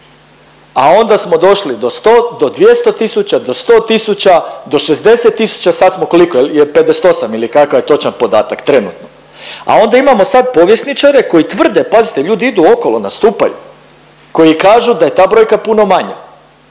a onda smo došli do 100, do 200 tisuća, do 100 tisuća, do 60 tisuća, sad smo koliko jel 58 ili kakav je točan podatak trenutno. A onda imamo sad povjesničare koji tvrde, pazite ljudi idu okolo nastupaju, koji kažu da je ta brojka puno manja.